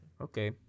okay